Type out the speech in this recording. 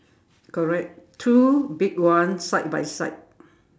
correct two big ones side by side